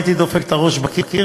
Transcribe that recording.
הייתי דופק את הראש בקיר,